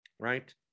right